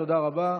תודה רבה.